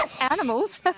animals